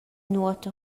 nuota